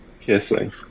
kissing